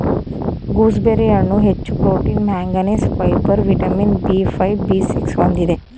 gooseberry ಹಣ್ಣು ಹೆಚ್ಚು protein manganese, fibre vitamin B five, B six ಹೊಂದಿದೆ